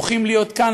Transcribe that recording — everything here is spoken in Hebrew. זוכים להיות כאן.